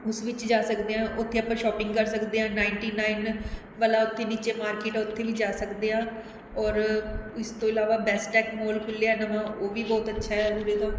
ਉਸ ਵਿੱਚ ਜਾ ਸਕਦੇ ਹਾਂ ਉੱਥੇ ਆਪਾਂ ਸ਼ੋਪਿੰਗ ਕਰ ਸਕਦੇ ਹਾਂ ਨਾਈਟੀ ਨਾਈਨ ਵਾਲਾ ਉੱਥੇ ਨੀਚੇ ਮਾਰਕੀਟ ਉੱਥੇ ਵੀ ਜਾ ਸਕਦੇ ਹਾਂ ਔਰ ਇਸ ਤੋਂ ਇਲਾਵਾ ਬੈਸਟੈੱਕ ਮੋਲ ਖੁੱਲ੍ਹਿਆ ਨਵਾਂ ਉਹ ਵੀ ਬਹੁਤ ਅੱਛਾ ਹੈ